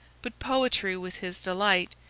but poetry was his delight,